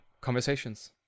conversations